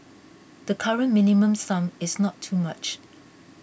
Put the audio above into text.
the current Minimum Sum is not too much